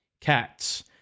Cats